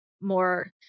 more